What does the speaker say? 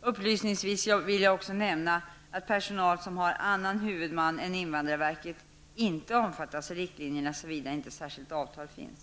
Upplysningsvis vill jag också nämna att personal som har annan huvudman än invandrarverket inte omfattas av riktlinjerna, såvida inte särskilt avtal finns.